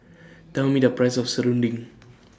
Tell Me The Price of Serunding